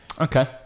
Okay